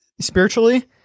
spiritually